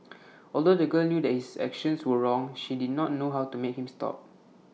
although the girl knew that his actions were wrong she did not know how to make him stop